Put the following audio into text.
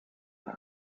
war